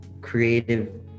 creative